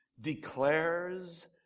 declares